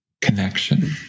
connection